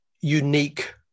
unique